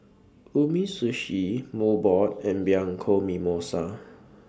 Umisushi Mobot and Bianco Mimosa